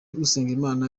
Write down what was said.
usengimana